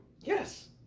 Yes